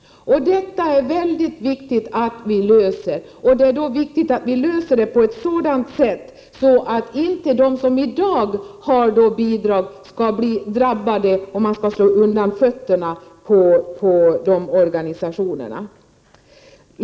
Det är mycket viktigt att vi löser detta på ett sådant sätt att de som i dag får bidrag inte drabbas, att vi inte slår undan fötterna på dessa organisationer.